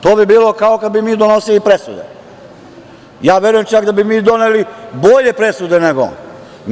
To bi bilo kao kada bi mi donosili presude, a ja verujem da bi mi doneli bolje presude nego on.